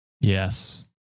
Yes